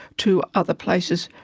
to other places,